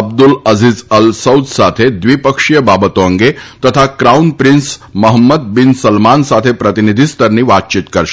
Abdul Aziz al Saud સાથે દ્વિપક્ષીય બાબતો અંગે તથા crown prince Mohammed bin Salman સાથે પ્રતિનિધિસ્તરની વાતચીત કરશે